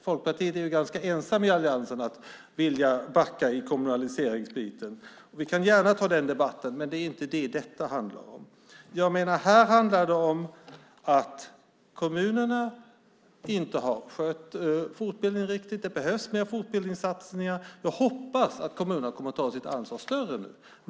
Folkpartiet är ju ganska ensamt i alliansen om att vilja backa från kommunaliseringen. Vi kan gärna ta den debatten, men det är inte det som det här handlar om. Här handlar det om att kommunerna inte har skött fortbildningen riktigt. Det behövs mer fortbildningssatsningar. Jag hoppas att kommunerna kommer att ta sitt ansvar mer nu.